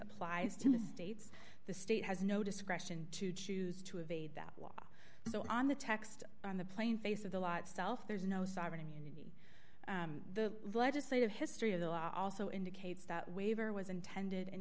applies to the states the state has no discretion to choose to evade that law so on the text on the plane face of the lot self there's no sovereign immunity the legislative history of the law also indicates that waiver was intended in